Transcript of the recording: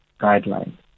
guidelines